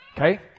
Okay